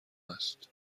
است